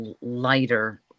lighter